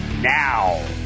now